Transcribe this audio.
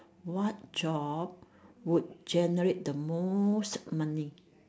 what job would generate the most money